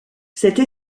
cette